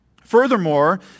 Furthermore